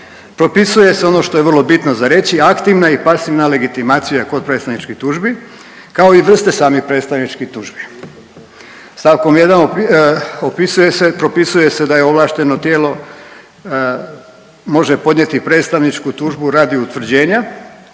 propisuje se ono što je vrlo bitno za reći, aktivna i pasivna legitimacija kod predstavničkih tužbi kao i vrste samih predstavničkih tužbi. Stavkom 1. opisuje se, propisuje se da je ovlašteno tijelo može podnijeti predstavničku tužbu radi utvrđenja,